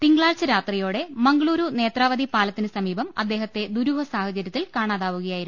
തിങ്കളാഴ്ച രാത്രിയോടെ മംഗ ളുരു നേത്രാവതി പാലത്തിന് സമീപം അദ്ദേഹത്തെ ദുരൂഹ സാഹചര്യത്തിൽ കാണാതാവുകയായിരുന്നു